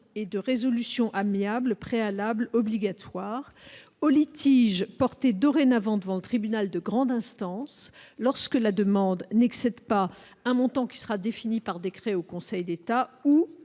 et de résolution amiable préalables aux litiges dorénavant portés devant le tribunal de grande instance, lorsque la demande n'excède pas un montant qui sera défini par décret en Conseil d'État ou